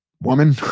woman